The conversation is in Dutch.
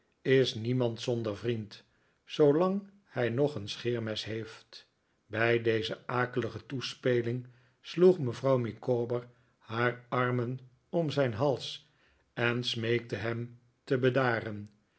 is niemand zonder vriend zoolang hij nog een scheermes heeft bij deze akelige toespeling sloeg mevrouw micawber haar armen om zijn hals en smeekte hem te bedaren